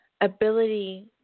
ability